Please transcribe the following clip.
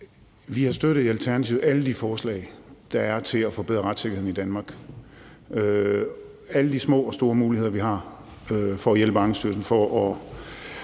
Vi har i Alternativet støttet alle de forslag, der er til at forbedre retssikkerheden i Danmark, altså alle de små og store muligheder, vi har for at hjælpe Ankestyrelsen